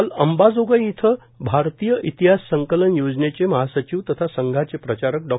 काल अंबाजोगाई इथं भारतीय इतिहास संकलन योजनेचे महासचिव तथा संघाचे प्रचारक डॉ